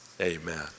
Amen